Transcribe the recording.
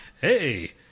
hey